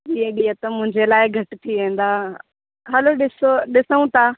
वीह ॾींहं त मुंहिंजे लाइ घटि थी वेंदा हलो ॾिसो ॾिसूं था